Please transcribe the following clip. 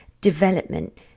development